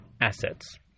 assets